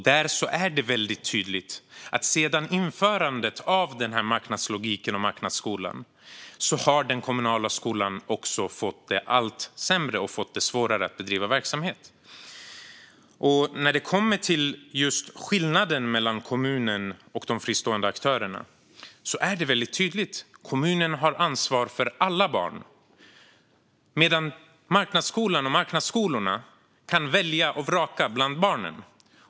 Det är väldigt tydligt att den kommunala skolan fått det allt sämre och fått det svårare att bedriva verksamhet sedan införandet av den här marknadslogiken och marknadsskolan. När det kommer till skillnaden mellan kommunerna och de fristående aktörerna är det väldigt tydligt. Kommunerna har ansvar för alla barn, medan marknadsskolorna kan välja och vraka bland barnen.